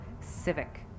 civic